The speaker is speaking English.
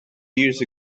years